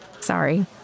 Sorry